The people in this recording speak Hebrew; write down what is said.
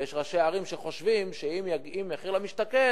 ויש ראשי ערים שחושבים שאם מחיר למשתכן,